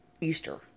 Easter